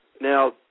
Now